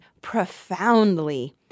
profoundly